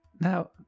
Now